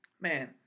man